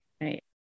Right